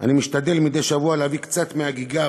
אני משתדל מדי שבוע להביא קצת מהגיגיו.